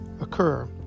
occur